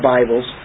Bibles